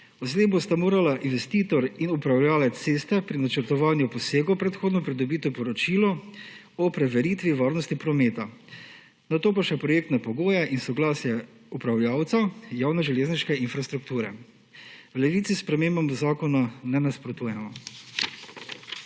Odslej bosta morala investitor in upravljavec ceste pri načrtovanju posegov predhodno pridobiti poročilo o preveritvi varnosti prometa, nato pa še projektne pogoje in soglasje upravljavca javne železniške infrastrukture. V Levici spremembam zakona ne nasprotujemo.